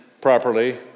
properly